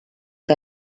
que